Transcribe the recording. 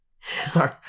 Sorry